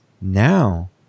now